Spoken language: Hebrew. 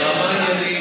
ברמה העניינית,